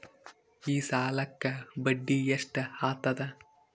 ಈ ಸಾಲಕ್ಕ ಬಡ್ಡಿ ಎಷ್ಟ ಹತ್ತದ?